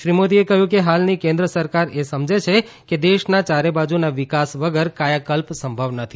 શ્રી મોદીએ કહ્યું કે હાલની કેન્દ્ર સરકાર એ સમજે છે કે દેશના ચારેબાજુના વિકાસ વગર કાયાકલ્પ સંભવ નથી